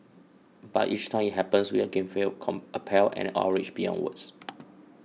but each time it happens we again feel appalled and outraged beyond words